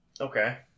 Okay